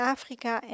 Afrika